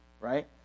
right